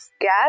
gas